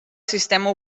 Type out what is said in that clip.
sistema